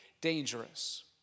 dangerous